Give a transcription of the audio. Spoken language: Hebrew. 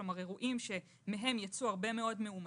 כלומר אירועים שמהם יצאו הרבה מאוד מאומתים.